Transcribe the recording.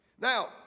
Now